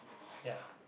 ya